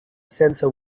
senza